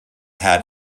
has